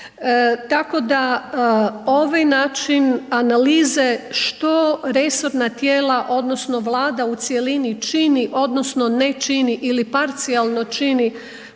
Tako da ovaj način analize što resorna tijela odnosno Vlada u cjelini čini odnosno ne čini ili parcijalno čini